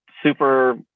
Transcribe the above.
super